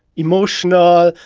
emotional,